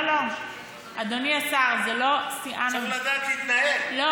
לא, לא, אדוני השר, זה לא שיאן המחוקקים.